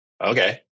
okay